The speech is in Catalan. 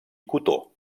cotó